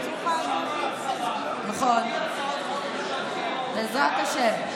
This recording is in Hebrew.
בלי הצעות חוק ממשלתיות, בעזרת השם,